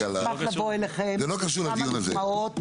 אשמח לבוא אליכם עם כמה דוגמאות קטסטרופליות.